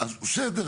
תאמין לי,